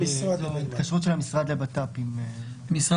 כן.